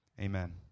Amen